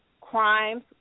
crimes